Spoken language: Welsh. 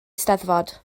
eisteddfod